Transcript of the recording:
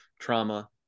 trauma